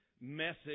message